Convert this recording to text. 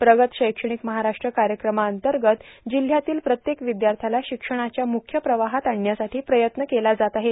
प्रगत शैक्ष्माणक महाराष्ट्र कायक्रमांतगत जिल्ह्यातील प्रत्येक र्विद्याथ्याला शिक्षणाच्या मुख्य प्रवाहात आणण्यासाठी प्रयत्न केला जात आहे